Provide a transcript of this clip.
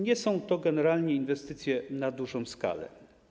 Nie są to generalnie inwestycje na dużą skalę.